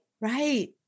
Right